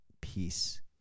peace